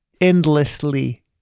endlessly